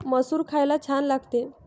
मसूर खायला छान लागते